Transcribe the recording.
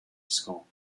school